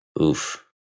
Oof